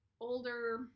older